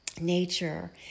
nature